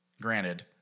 granted